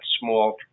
small